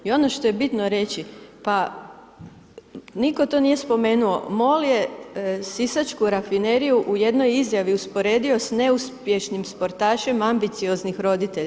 I ono što je bitno reći, pa nitko to nije spomenuo MOL je Sisačku rafineriju u jednoj izjavi usporedio sa neuspješnim sportašem ambicioznih roditelja.